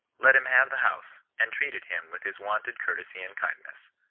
let him have the house, and treated him with his wonted cour tesy and kindness.